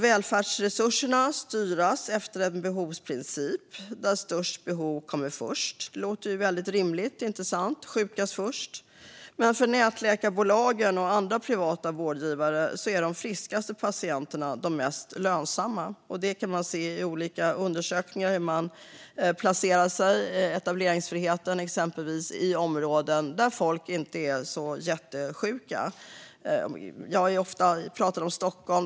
Välfärdsresurserna måste styras efter en behovsprincip, där störst behov kommer först. Det låter rimligt - inte sant? Sjukast först. För nätläkarbolagen och andra privata vårdgivare är de friskaste patienterna de mest lönsamma. Olika undersökningar visar att etableringsfriheten innebär att vårdcentraler placerar sig i områden där folk inte är så jättesjuka. Jag pratar ofta om Stockholm.